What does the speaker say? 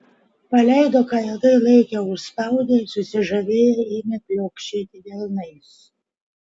paleido ką ilgai laikė užspaudę ir susižavėję ėmė pliaukšėti delnais